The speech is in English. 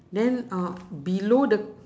then uh below the